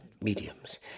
mediums